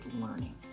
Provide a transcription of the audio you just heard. learning